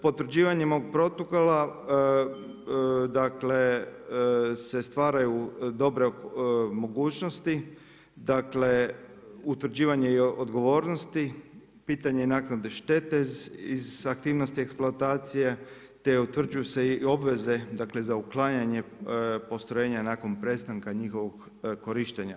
Potvrđivanjem ovog protokola, dakle, se stvaraju dobre mogućnosti, dakle, utvrđivanje i odgovornosti pitanje je naknade štete iz aktivnosti eksploatacije te utvrđuju se i obveze, dakle za uklanjanje postrojenja nakon prestanka njihovog korištenja.